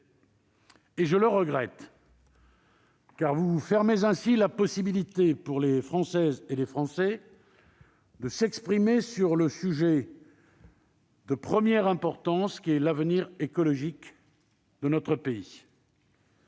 Je le regrette, car vous fermez ainsi la possibilité pour les Français de s'exprimer sur le sujet de première importance qu'est l'avenir écologique de notre pays.